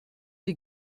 die